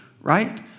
right